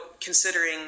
considering